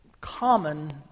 common